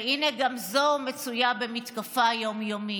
והינה, גם זו מצויה במתקפה יום-יומית.